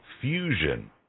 fusion